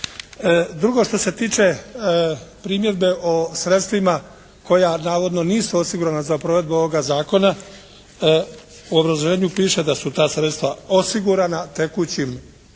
Drugo, što se tiče primjedbe o sredstvima koja navodno nisu osigurana za provedbu ovoga zakona, u obrazloženju piše da su ta sredstva osigurana tekućim